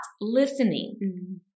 listening